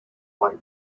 light